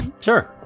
Sure